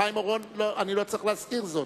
לחיים אורון אני לא צריך להזכיר זאת,